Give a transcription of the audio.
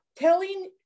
telling